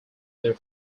their